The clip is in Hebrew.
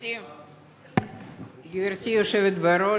גברתי היושבת בראש,